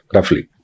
Roughly